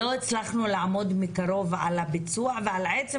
לא הצלחנו לעמוד מקרוב על הביצוע ועל עצם